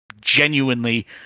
genuinely